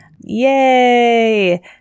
Yay